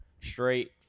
straight